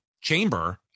chamber